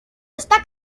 está